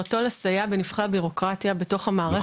סיוע בקביעת התורים ובתהליך הבירוקרטי של הקדמת תורים ותיאומים.